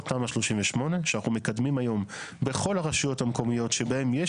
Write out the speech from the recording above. תמ"א 38 שאנחנו מקדמים היום בכל הרשויות המקומיות שבהן יש